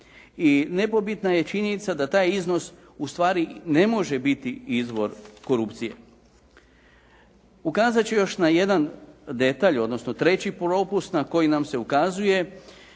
i nepobitna je činjenica da taj iznos u stvari ne može bit izvor korupcije. Ukazat ću na još jedan detalj, odnosno treći propust koji nam se ukazuje